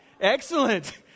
Excellent